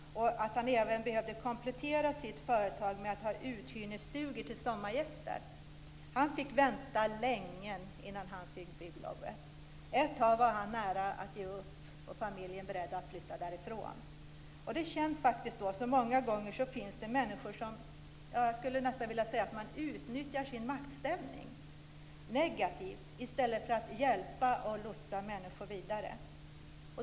Han ville även komplettera sitt företag med uthyrningsstugor till sommargäster. Han fick vänta länge innan han fick bygglov. Ett tag var han nära att ge upp, och familjen var beredd att flytta därifrån. Många gånger känns det faktiskt nästan som om det finns människor som utnyttjar sin maktställning negativt i stället för att hjälpa och lotsa människor vidare.